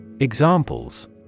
Examples